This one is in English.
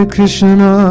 Krishna